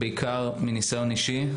בעיקר מניסיון אישי.